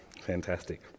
Fantastic